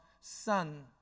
son